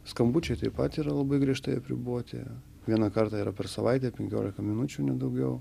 skambučiai taip pat yra labai griežtai apriboti vieną kartą yra per savaitę penkiolika minučių ne daugiau